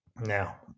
Now